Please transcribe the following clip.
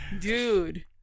dude